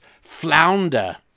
flounder